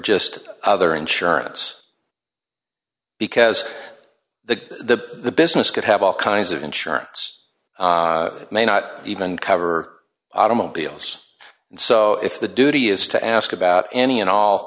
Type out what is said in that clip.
just other insurance because the business could have all kinds of insurance may not even cover automobiles so if the duty is to ask about any and all